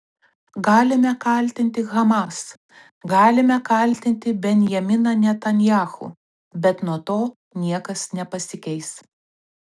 galime kaltinti hamas galime kaltinti benjaminą netanyahu bet nuo to niekas nepasikeis